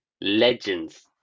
Legends